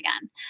again